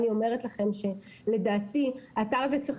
אני אומרת לכם שלדעתי האתר הזה צריך